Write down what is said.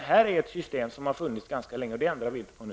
Detta system har funnits ganska länge, och det vill vi inte ändra på nu.